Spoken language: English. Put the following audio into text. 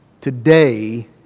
today